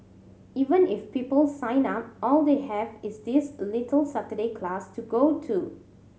even if people sign up all they have is this little Saturday class to go to